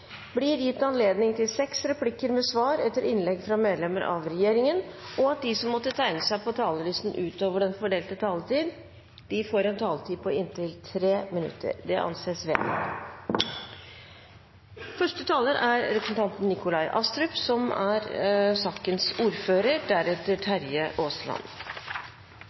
blir gitt anledning til seks replikker med svar etter innlegg fra medlem av regjeringen innenfor den fordelte taletid, og at de som måtte tegne seg på talerlisten utover den fordelte taletid, får en taletid på inntil 3 minutter. – Det anses vedtatt. Dette er